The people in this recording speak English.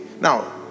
Now